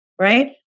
right